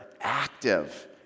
active